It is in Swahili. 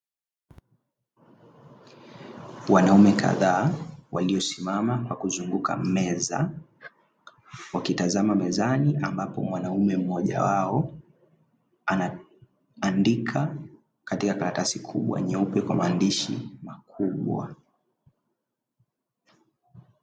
Wanaume kadhaa waliosimama na kuzunguka meza, wakitazama mezani ambapo mwanaume mmoja wao anaandika katika karatasi kubwa nyeupe kwa maandishi makubwa.